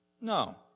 No